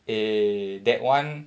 eh eh that [one]